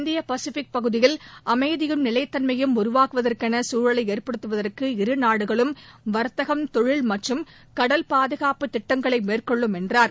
இந்திய பசிபிக் பகுதியில் அமைதியும் நிலைத்தன்மையும் உருவாவதற்கேற்ற சூழலை ஏற்படுத்துவதற்கு இரு நாடுகளும் வாத்தகம் தொழில் மற்றும் கடல் பாதுகாப்பு திட்டங்களை மேற்கொள்ளும் என்றார்